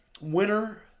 winner